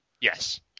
Yes